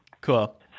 Cool